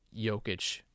Jokic